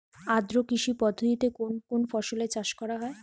আদ্র কৃষি পদ্ধতিতে কোন কোন ফসলের চাষ করা হয়?